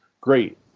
Great